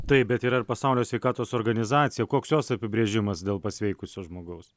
taip bet yra ir pasaulio sveikatos organizacija koks jos apibrėžimas dėl pasveikusio žmogaus